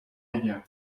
rivières